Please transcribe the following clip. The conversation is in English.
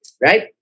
Right